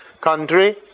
country